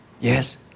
Yes